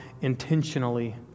intentionally